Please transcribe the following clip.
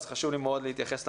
ולכן חשוב לי מאוד להתייחס לנושא.